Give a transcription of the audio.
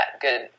good